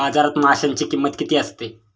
बाजारात माशांची किंमत किती असते?